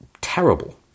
terrible